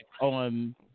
on